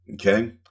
okay